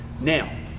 Now